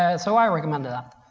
and so i recommend that.